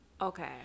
Okay